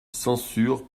censure